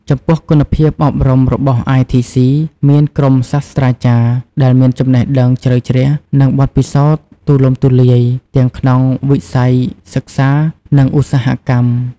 ចំពោះ គុណភាពអប់រំរបស់ITC មានក្រុមសាស្ត្រាចារ្យដែលមានចំណេះដឹងជ្រៅជ្រះ និងបទពិសោធន៍ទូលំទូលាយ ទាំងក្នុងវិស័យសិក្សា និងឧស្សាហកម្ម។